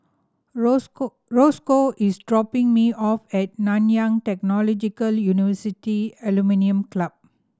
Rosco Rosco is dropping me off at Nanyang Technological University Alumni Club